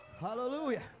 Hallelujah